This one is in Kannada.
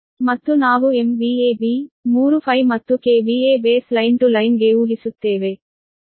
ಮತ್ತು ನಾವು B3Φ ಮತ್ತು KVA base line to line ಗೆ ಊಹಿಸುತ್ತೇವೆ